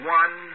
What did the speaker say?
one